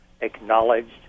acknowledged